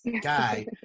guy